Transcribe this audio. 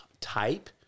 type